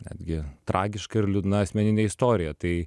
netgi tragiška ir liūdna asmeninė istorija tai